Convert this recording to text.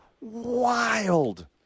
wild